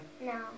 No